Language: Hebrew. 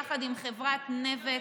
יחד עם חברת נבט,